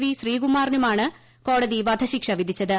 V ശ്രീകുമാറിനുമാണ് വധശിക്ഷ വിധിച്ചത്